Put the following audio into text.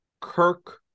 Kirk